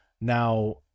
Now